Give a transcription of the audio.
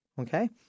Okay